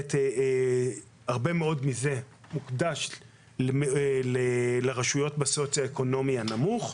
הרבה מאוד מזה מוקדש לרשויות בסוציו אקונומי נמוך.